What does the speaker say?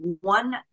one